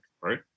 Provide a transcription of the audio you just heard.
right